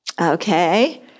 Okay